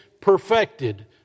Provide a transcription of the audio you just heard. perfected